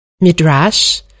Midrash